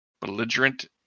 belligerent